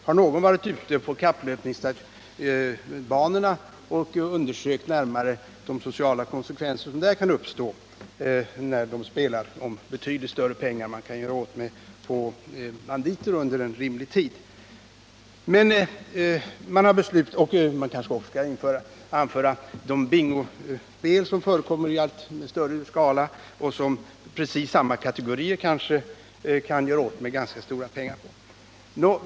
Har någon varit ute på kapplöpningsbanorna och närmare undersökt de sociala konsekvenser som där kan uppstå, när folk spelar om betydligt större pengar än vad man under rimlig tid kan göra av med i samband med spel på enarmade banditer? Man kanske också skall nämna bingospel som förekommer i allt större skala. Det är en spelform där precis samma kategorier kan göra av med stora pengar.